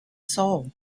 soul